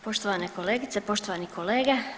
Poštovane kolegice, poštovani kolege.